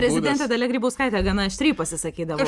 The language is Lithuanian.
prezidentė dalia grybauskaitė gana aštriai pasisakydavo